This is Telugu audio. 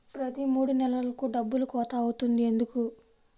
ప్రతి మూడు నెలలకు డబ్బులు కోత అవుతుంది ఎందుకు?